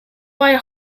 why